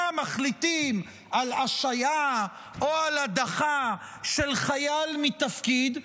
מחליטים על השעיה או על הדחה של חייל מתפקיד,